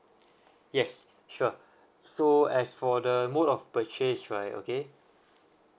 yes sure so as for the mode of purchase right okay